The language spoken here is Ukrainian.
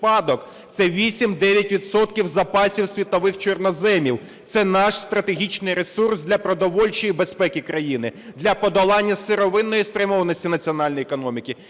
запасів світових чорноземів. Це наш стратегічний ресурс для продовольчої безпеки країни, для подолання сировинної спрямованості національної економіки